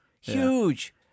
huge